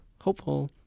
hopeful